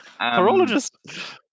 Horologist